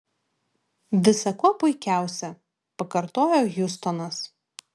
visa kuo puikiausia pakartojo hjustonas